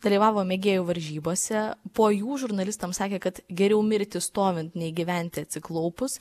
dalyvavo mėgėjų varžybose po jų žurnalistams sakė kad geriau mirti stovint nei gyventi atsiklaupus